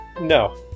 no